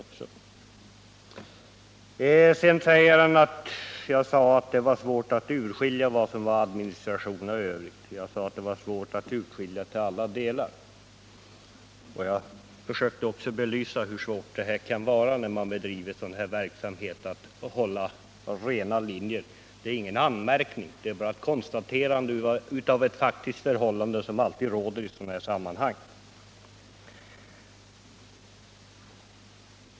Sedan sade Filip Johansson att jag sagt att det är svårt att urskilja vad som är administration och övrigt. Jag sade att det är svårt att urskilja till alla delar. Jag försökte också belysa hur svårt det kan vara, när man bedriver en sådan här verksamhet, att hålla rena linjer. Det är ingen anmärkning utan bara ett konstaterande av ett faktiskt förhållande som alltid råder i sådana här sammanhang.